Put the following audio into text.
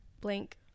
blank